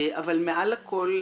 ומעל הכול,